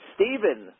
Stephen